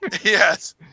yes